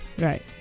right